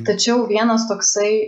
tačiau vienas toksai